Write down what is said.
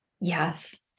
Yes